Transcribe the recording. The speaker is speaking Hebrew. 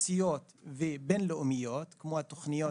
ארציות ובין-לאומיות, כמו התוכניות